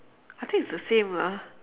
I think it's the same lah